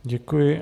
Děkuji.